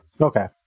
Okay